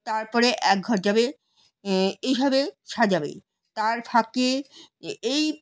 তার পরে এক ঘর যাবে এইভাবে সাজাবে তার ফাঁকে এই